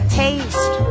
taste